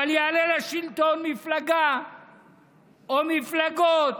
אבל תעלה לשלטון מפלגה או מפלגות